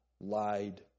lied